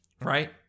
right